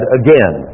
again